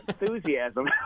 enthusiasm